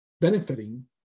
benefiting